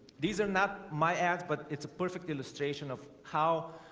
these are not my ads, but it's a perfect illustration of how